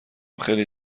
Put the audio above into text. خیلی